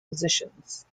positions